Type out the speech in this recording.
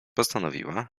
postanowiła